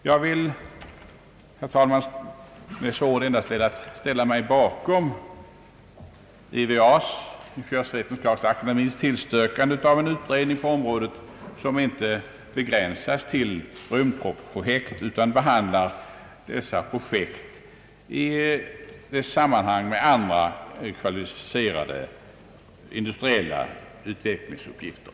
Jag vill, herr talman, med dessa ord ställa mig bakom Ingeniörsvetenskapsakademiens tillstyrkande av en utredning på området som inte begränsas till rymdprojekt utan behandlar dessa projekt i samband med andra kvalificerade industriella utvecklingsuppgifter.